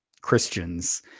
christians